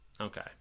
Okay